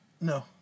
No